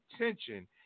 attention